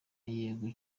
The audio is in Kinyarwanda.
yego